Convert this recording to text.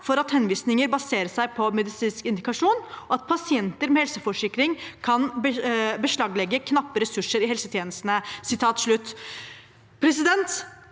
for at henvisninger baseres på medisinsk indikasjon». De sier også at pasienter med helseforsikring kan beslaglegge knappe ressurser i helsetjenestene.